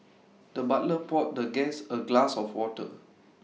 the butler poured the guest A glass of water